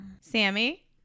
Sammy